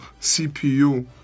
CPU